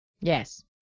Yes